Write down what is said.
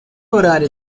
horário